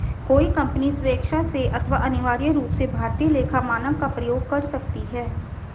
कोई कंपनी स्वेक्षा से अथवा अनिवार्य रूप से भारतीय लेखा मानक का प्रयोग कर सकती है